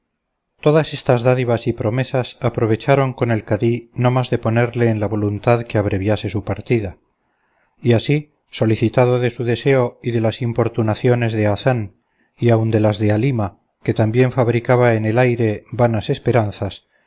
todas estas dádivas y promesas aprovecharon con el cadí no más de ponerle en la voluntad que abreviase su partida y así solicitado de su deseo y de las importunaciones de hazán y aun de las de halima que también fabricaba en el aire vanas esperanzas